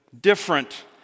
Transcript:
different